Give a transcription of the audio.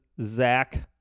Zach